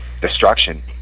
destruction